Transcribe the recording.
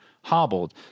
hobbled